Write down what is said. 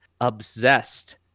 obsessed